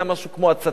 זה היה משהו כמו הצתה,